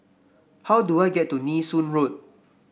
how do I get to Nee Soon Road